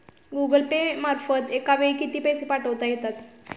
Google pay मार्फत एका वेळी किती पैसे पाठवता येतात?